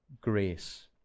Grace